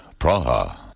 Praha